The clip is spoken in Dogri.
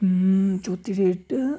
चौथी डेट